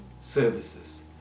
services